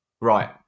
Right